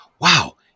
Wow